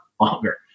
longer